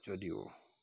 যদিও